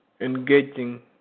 engaging